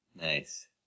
Nice